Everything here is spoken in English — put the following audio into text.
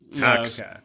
Okay